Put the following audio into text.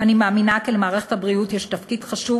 אני מאמינה כי למערכת הבריאות יש תפקיד חשוב